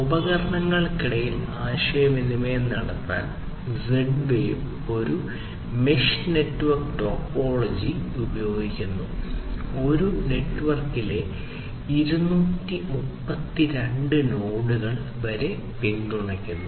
ഉപകരണങ്ങൾക്കിടയിൽ ആശയവിനിമയം നടത്താൻ Z wave ഒരു മെഷ് നെറ്റ്വർക്ക് ടോപ്പോളജി ഉപയോഗിക്കുന്നു ഒരു നെറ്റ്വർക്കിലെ 232 നോഡുകൾ വരെ പിന്തുണയ്ക്കുന്നു